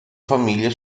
famiglia